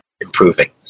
improving